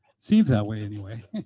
seems that way anyway.